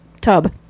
tub